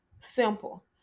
Simple